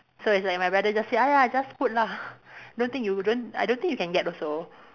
so it's like my brother just say !aiya! just put lah don't think you don't I don't think you can get also